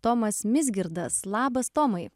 tomas misgirdas labas tomai